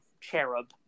Cherub